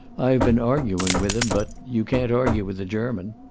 i have been arguing with him, but you can't argue with a german.